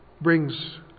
brings